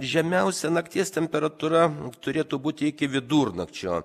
žemiausia nakties temperatūra turėtų būti iki vidurnakčio